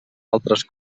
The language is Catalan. altres